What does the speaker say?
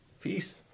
peace